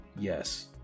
Yes